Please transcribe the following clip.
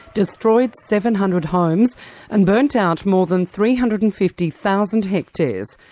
destroyed seven hundred homes and burnt out more than three hundred and fifty thousand hectares.